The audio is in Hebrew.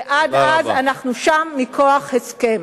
ועד אז אנחנו שם מכוח הסכם.